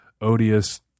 odious